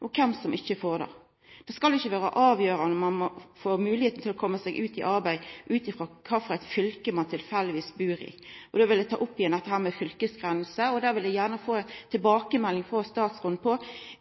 og kven som ikkje får det. Det skal ikkje vera avgjerande om ein får moglegheit til å koma seg ut i arbeid ut frå kva fylke ein tilfeldigvis bur i. Då vil eg ta opp igjen dette med fylkesgrenser. Eg vil gjerne få ei tilbakemelding frå statsråden om kva